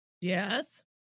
Yes